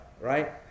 right